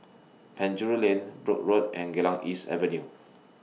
Penjuru Lane Brooke Road and Geylang East Avenue